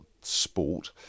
sport